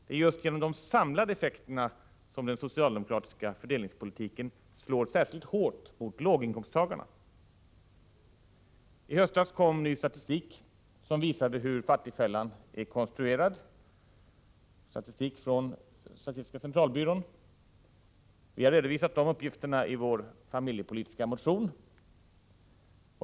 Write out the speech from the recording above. Det är just genom dessa samlade effekter som socialdemokratisk fördelningspolitik slår särskilt hårt mot låginkomsttagarna. I höstas kom ny statistik från statistiska centralbyrån som visade hur fattigfällan är konstruerad. Vi har redovisat de uppgifterna i vår familjepolitiska motion.